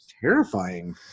terrifying